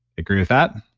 agree with that?